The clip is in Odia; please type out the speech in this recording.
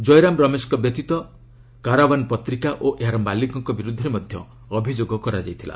ଜୟରାମ ରମେଶଙ୍କ ବ୍ୟତୀତ କାରାୱାନ୍ ପତ୍ରିକା ଓ ଏହାର ମାଲିକଙ୍କ ବିରୁଦ୍ଧରେ ମଧ୍ୟ ଅଭିଯୋଗ କରାଯାଇଥିଲା